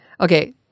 Okay